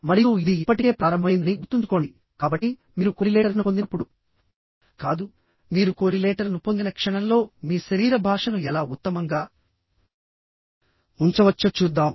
మరియు ఇది ఇప్పటికే ప్రారంభమైందని గుర్తుంచుకోండి కాబట్టి మీరు కోరిలేటర్ను పొందినప్పుడు కాదు మీరు కోరిలేటర్ను పొందిన క్షణంలో మీ శరీర భాషను ఎలా ఉత్తమంగా ఉంచవచ్చో చూద్దాం